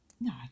no